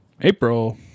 April